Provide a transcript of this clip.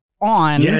on